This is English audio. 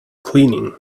cleaning